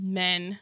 men